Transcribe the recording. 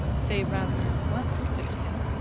say, rather, once it fitted him,